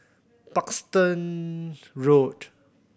Parkstone Road